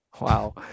Wow